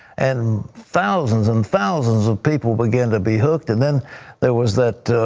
and thousands and thousands of people began to be hooked and then there was that